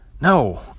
No